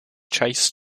chase